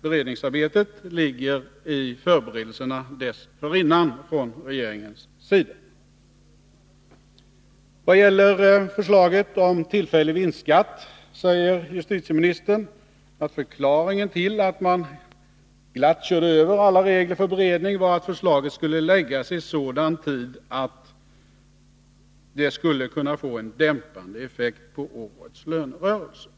beredningsarbetet ligger i förberedelserna dessförinnan från regeringens sida. I vad gäller förslaget om tillfällig vinstskatt säger justitieministern att förklaringen till att man glatt körde över alla regler i fråga om beredningen var att förslaget skulle läggas fram vid en sådan tidpunkt att det skulle kunna få en dämpande effekt på årets lönerörelse.